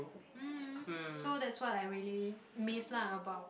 mm so that's what I really miss lah about